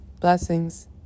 Blessings